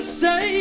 say